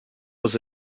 was